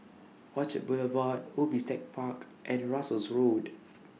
Orchard Boulevard Ubi Tech Park and Russels Road